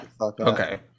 Okay